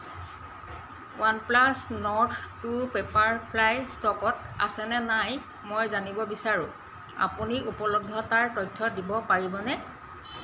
OnePlus Nord two পেপাৰফ্ৰাই ষ্টকত আছে নে নাই মই জানিব বিচাৰোঁ আপুনি উপলব্ধতাৰ তথ্য দিব পাৰিবনে